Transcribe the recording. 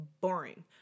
Boring